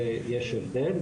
ויש הבדל.